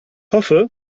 hoffe